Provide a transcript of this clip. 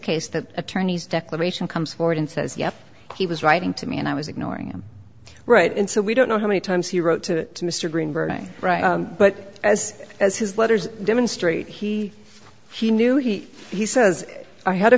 case the attorneys declaration comes forward and says yes he was writing to me and i was ignoring him right and so we don't know how many times he wrote to mr greenberg but as as his letters demonstrate he he knew he he says i had a